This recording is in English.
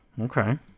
okay